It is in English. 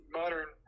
modern